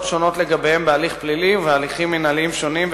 שונות לגביהם בהליך הפלילי ובהליכים מינהליים שונים,